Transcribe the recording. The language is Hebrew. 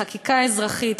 לחקיקה אזרחית,